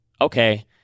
okay